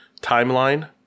Timeline